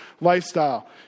lifestyle